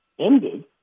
ended